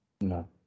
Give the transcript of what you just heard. No